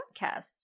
podcasts